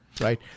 Right